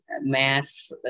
mass